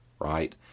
right